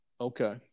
Okay